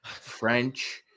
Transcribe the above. french